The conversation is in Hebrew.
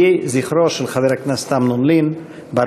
יהי זכרו של חבר הכנסת לשעבר אמנון לין ברוך.